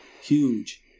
huge